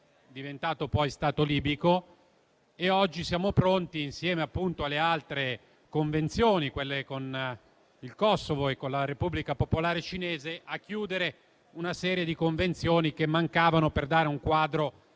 diventato poi Stato libico, e oggi siamo pronti, insieme alle altre convenzioni con il Kosovo e con la Repubblica popolare cinese, a ratificare una serie di accordi che mancavano per dare un quadro